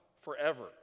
forever